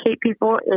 people